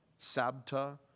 Sabta